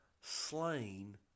slain